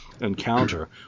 encounter